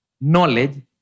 knowledge